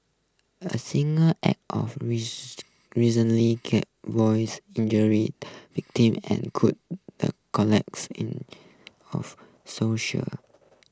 a single act of recently injures victim and counds the collects of social